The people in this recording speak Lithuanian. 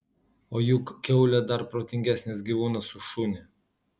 o juk kiaulė dar protingesnis gyvūnas už šunį